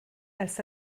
ers